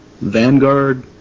vanguard